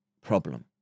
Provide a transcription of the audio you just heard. problem